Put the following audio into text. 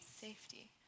safety